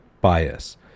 bias